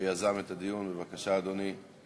שיזם את הדיון, בבקשה, אדוני.